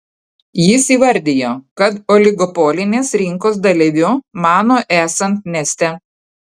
jis įvardijo kad oligopolinės rinkos dalyviu mano esant neste